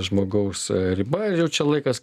žmogaus riba ir jau čia laikas